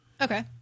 Okay